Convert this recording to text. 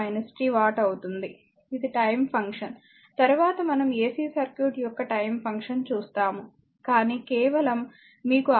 ఇది time function తరువాత మనం AC సర్క్యూట్ యొక్క టైమ్ ఫంక్షన్ చూస్తాము కానీ కేవలం మీకు అవగాహన కొరకు చూపించాను